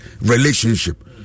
relationship